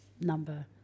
number